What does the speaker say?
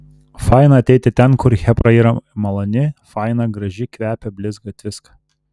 faina ateiti ten kur chebra yra maloni faina graži kvepia blizga tviska